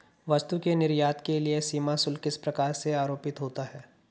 वस्तु के निर्यात के लिए सीमा शुल्क किस प्रकार से आरोपित होता है?